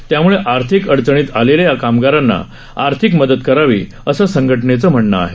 त्याम्ळे आर्थिक अडचणीत आलेल्या या कामगारांना आर्थिक मदत करावी असं संघटनेचं म्हणणं आहे